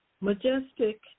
Majestic